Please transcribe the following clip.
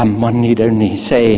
um one need only say